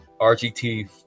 rgt